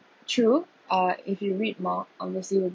true uh if you read more honestly